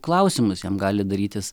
klausimus jam gali darytis